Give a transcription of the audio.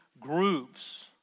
groups